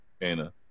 anna